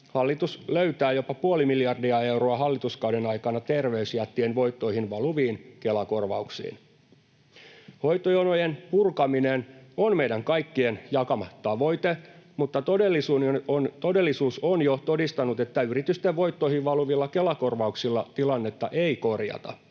hallitus löytää jopa puoli miljardia euroa hallituskauden aikana terveysjättien voittoihin valuviin Kela-korvauksiin. Hoitojonojen purkaminen on meidän kaikkien jakama tavoite, mutta todellisuus on jo todistanut, että yritysten voittoihin valuvilla Kela-korvauksilla tilannetta ei korjata.